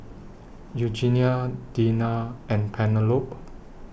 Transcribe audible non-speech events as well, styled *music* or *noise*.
Eugenia Deanna and Penelope *noise*